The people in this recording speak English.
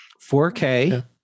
4K